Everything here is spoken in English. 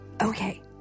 Okay